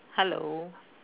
hello